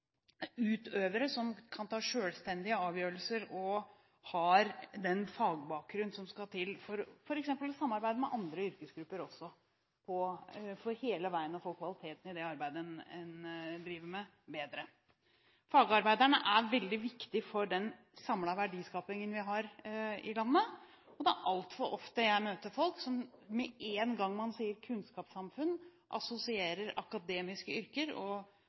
som kan ta selvstendige avgjørelser og har den fagbakgrunn som skal til, f.eks. i samarbeid med andre yrkesgrupper også, for hele veien å få bedre kvalitet i det arbeidet en driver med. Fagarbeiderne er veldig viktige for den samlede verdiskapingen vi har i landet. Jeg møter altfor ofte folk som med en gang man sier kunnskapssamfunn, assosierer det med akademiske yrker